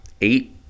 Eight